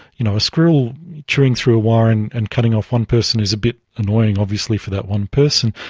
you know, a squirrel chewing through a wire and and cutting off one person is a bit annoying obviously for that one person,